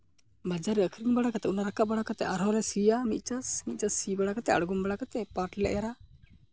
ᱵᱟᱡᱟᱨ ᱨᱮ ᱟᱹᱠᱷᱨᱤᱧ ᱵᱟᱲᱟ ᱠᱟᱛᱮᱫ ᱚᱱᱟ ᱨᱟᱠᱟᱵ ᱵᱟᱲᱟ ᱠᱟᱛᱮᱫ ᱟᱨᱦᱚᱸ ᱞᱮ ᱥᱤᱭᱟ ᱢᱤᱫ ᱪᱟᱥ ᱢᱤᱫ ᱪᱟᱥ ᱥᱤ ᱵᱟᱲᱟ ᱠᱟᱛᱮᱫ ᱟᱬᱜᱚᱢ ᱵᱟᱲᱟ ᱠᱟᱛᱮᱫ ᱯᱟᱴᱷ ᱞᱮ ᱮᱨᱟ